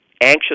anxious